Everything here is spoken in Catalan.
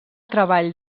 treball